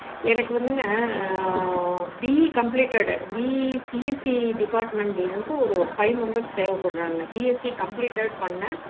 எனக்கு வந்துங்க BE completed BE CSE டிபார்ட்மெண்ட்லருந்து ஒரு ஃபைவ் மெம்பர்ஸ் தேவைப்படுறாங்க பிஎஸ்சி கம்ப்லிட்டேடு பண்ண